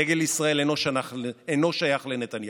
דגל ישראל אינו שייך לנתניהו.